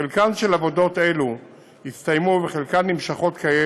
חלק מעבודות אלו הסתיימו, וחלקן נמשכות כעת,